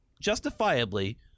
justifiably